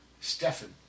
Stefan